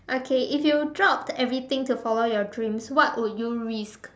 okay if you dropped everything to follow your dreams what would you risk